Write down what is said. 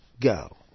go